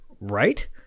right